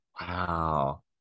Wow